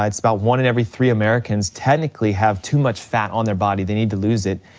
um it's about one in every three americans technically have too much fat on their body, they need to lose it.